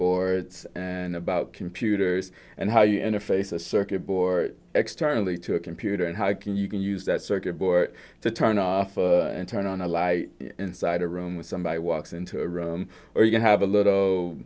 boards and about computers and how you interface a circuit board externally to a computer and how can you can use that circuit board to turn off and turn on a lie inside a room with somebody walks into a room or you can have a l